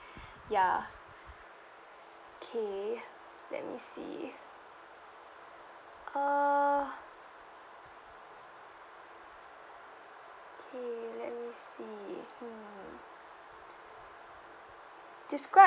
ya K let me see uh K let me see hmm describe